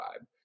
vibe